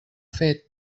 fet